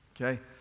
Okay